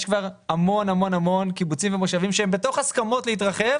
יש כבר המון קיבוצים ומושבים שהם בתוך הסכמות להתרחב